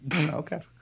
Okay